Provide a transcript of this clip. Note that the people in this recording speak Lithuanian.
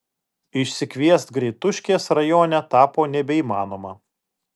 išsikviest greituškės rajone tapo nebeįmanoma